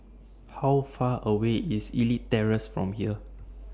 How Far away IS Elite Terrace from here